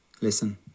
Listen